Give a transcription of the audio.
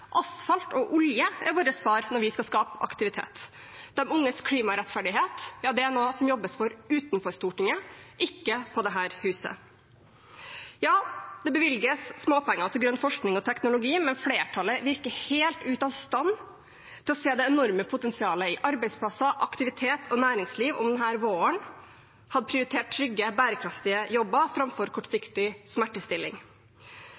Asfalt og olje er våre svar når vi skal skape aktivitet. De unges klimarettferdighet er noe det jobbes for utenfor Stortinget, ikke i dette huset. Ja, det bevilges småpenger til grønn forskning og teknologi, men flertallet virker å være helt ute av stand til å se det enorme potensialet i arbeidsplasser, aktivitet og næringsliv som kunne blitt realisert om de denne våren hadde prioritert trygge og bærekraftige jobber framfor